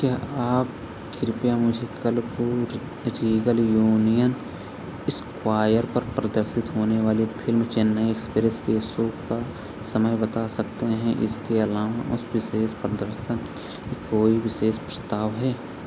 क्या आप कृपया मुझे कल को रीगल यूनियन स्क्वायर पर प्रदर्शित होने वाली फ़िल्म चेन्नई एक्सप्रेस के शो का समय बता सकते हैं इसके अलावा उस विशेष प्रदर्शन कोई विशेष प्रस्ताव है